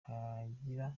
hagira